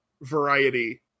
variety